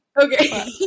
okay